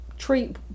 treat